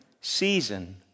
season